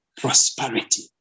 prosperity